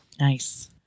Nice